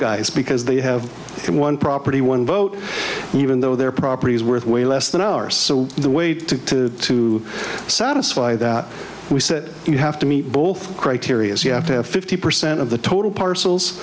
guys because they have one property one vote even though their property is worth way less than ours so the way to to satisfy that we said you have to meet both criteria is you have to have fifty percent of the total parcels